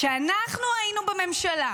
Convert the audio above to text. כשאנחנו היינו בממשלה,